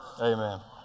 Amen